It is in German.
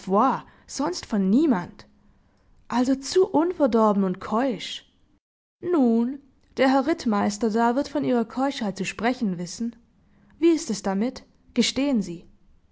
sonst von niemand also zu unverdorben und keusch nun der herr rittmeister da wird von ihrer keuschheit zu sprechen wissen wie ist es damit gestehen sie